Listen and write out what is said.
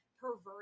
perverted